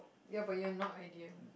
ya but you're not ideal